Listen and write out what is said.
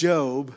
Job